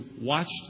watched